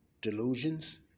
Delusions